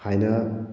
ꯍꯥꯏꯅ